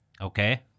Okay